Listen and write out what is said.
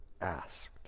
asked